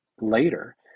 later